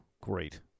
great